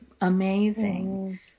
amazing